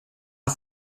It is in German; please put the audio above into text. von